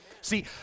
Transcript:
See